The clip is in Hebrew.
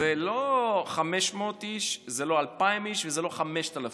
זה לא 500 איש, זה לא 2,000 איש וזה לא 5,000 איש,